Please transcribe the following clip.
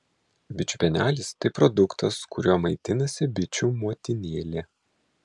bičių pienelis tai produktas kuriuo maitinasi bičių motinėlė